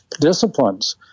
disciplines